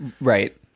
Right